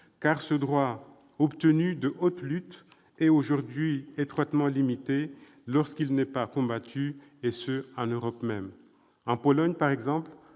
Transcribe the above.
Ce droit, obtenu de haute lutte, est aujourd'hui étroitement limité- lorsqu'il n'est pas combattu - en Europe. En Pologne, par exemple,